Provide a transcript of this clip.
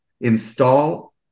install